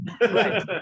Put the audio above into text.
right